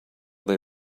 they